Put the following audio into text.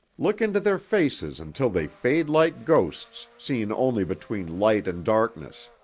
look into their faces until they fade like ghosts, seen only between light and darkness.